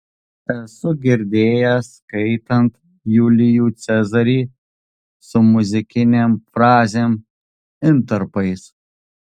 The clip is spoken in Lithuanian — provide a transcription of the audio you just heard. esu girdėjęs skaitant julijų cezarį su muzikinėm frazėm intarpais